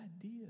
idea